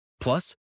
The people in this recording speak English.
Plus